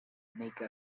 make